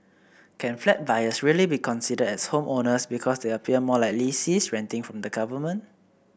can flat buyers really be considered as homeowners because they appear more like lessees renting from the government